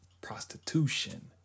prostitution